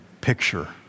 picture